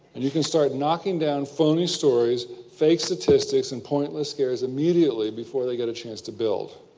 and you can start knocking down phoney stories, fake statistics and pointless scares immediately before they get a chance to build.